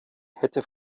hätte